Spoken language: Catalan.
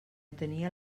tenia